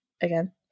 Again